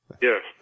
Yes